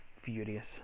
furious